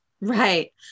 Right